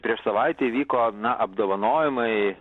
prieš savaitę įvyko apdovanojimai